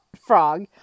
frog